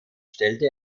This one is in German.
stellte